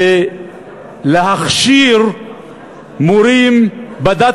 להכשיר מורים בדת